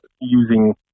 using